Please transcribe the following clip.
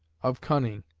of cunning,